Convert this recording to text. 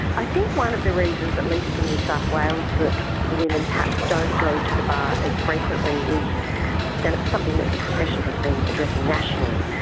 i think one of the reasons, at least in new south wales that women perhaps don't go to the bar as frequently, and it's something that the profession has been addressing nationally,